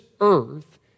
earth